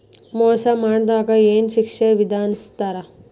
ಮೋಸಾ ಮಾಡಿದವ್ಗ ಏನ್ ಶಿಕ್ಷೆ ವಿಧಸ್ತಾರ?